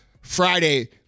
Friday